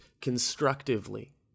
constructively